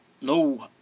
no